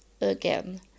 again